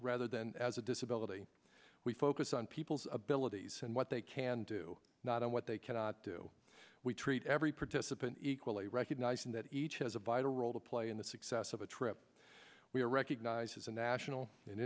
rather than as a disability we focus on people's abilities and what they can do not on what they cannot do we treat every participant equally recognizing that each has a vital role to play in the success of a trip we are recognized as a national